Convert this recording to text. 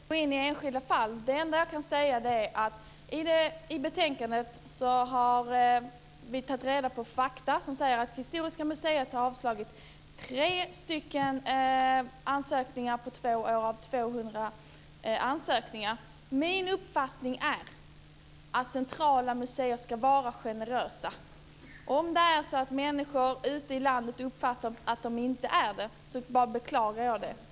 Fru talman! Jag tänker inte gå in på enskilda fall. Det enda jag kan säga är att vi i betänkandet har tagit reda på fakta. Historiska Museet har avslagit tre ansökningar på två år av 200 ansökningar. Min uppfattning är att centrala museer ska vara generösa. Om människor ute i landet uppfattar att de inte är det beklagar jag det.